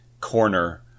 corner